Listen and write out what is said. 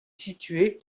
situé